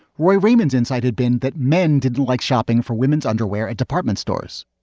roy raman's inside had been that men did like shopping for women's underwear at department stores,